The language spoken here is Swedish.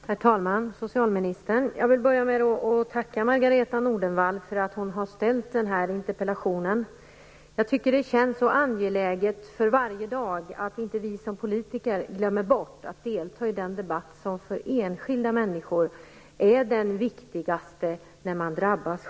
Herr talman! Socialministern! Jag vill börja med att tacka Margareta Nordenvall för att hon har ställt den här interpellationen. Jag tycker att det känns så angeläget att inte vi politiker glömmer bort att delta i den debatt som är viktigast för de enskilda människor som drabbas.